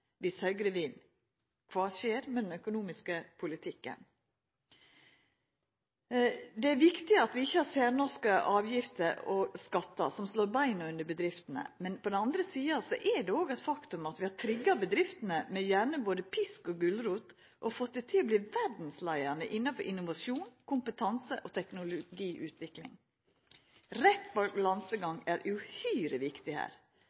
kva skjer då med den økonomiske politikken? Det er viktig at vi ikkje har særnorske avgifter og skattar som slår beina under bedriftene, men på den andre sida er det eit faktum at det at vi har trigga bedriftene, med gjerne både pisk og gulrot, har fått dei til å verta verdsleiande innanfor innovasjon, kompetanse og teknologiutvikling. Ein rett balansegang er uhyre viktig her.